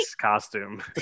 costume